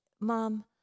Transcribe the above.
Mom